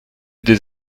des